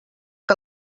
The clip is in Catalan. que